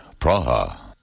Praha